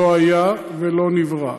לא היה ולא נברא.